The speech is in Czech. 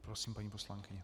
Prosím, paní poslankyně.